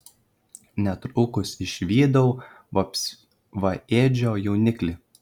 netrukus išvydau vapsvaėdžio jauniklį